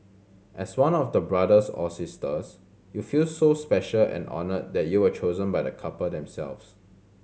as one of the brothers or sisters you feel so special and honoured that you were chosen by the couple themselves